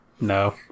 No